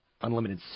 unlimited